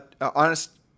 honest